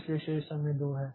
इसलिए शेष समय 2 है